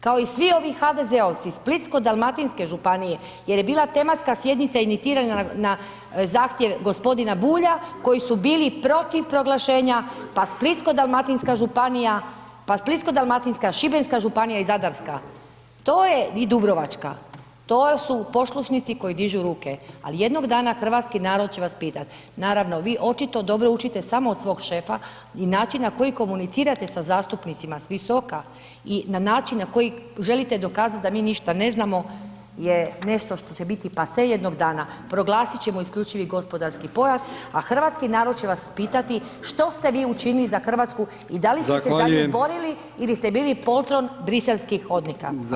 Kao i svi ovi HDZ-ovci splitsko-dalmatinske županije jer je bila tematska sjednica inicirana na zahtjev g. Bulja koji su bili protiv proglašenja, pa splitsko-dalmatinska županija, pa splitsko-dalmatinska, šibenska županija i zadarska, to je i dubrovačka, to su poslušnici koji dižu ruke, ali jednog dana hrvatski narod će vas pitat, naravno vi očito dobro učite samo od svog šefa i načina koji komunicirate sa zastupnicima s visoka i na način na koji želite dokazat da mi ništa ne znamo je nešto što će biti pase jednog dana, proglasiti ćemo isključivi gospodarski pojas, a hrvatski narod će vas pitati što ste vi učinili za RH i da li [[Upadica: Zahvaljujem]] ste se za nju borili ili ste bili podron briselskih hodnika.